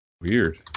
Weird